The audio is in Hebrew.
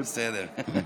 זה בסדר.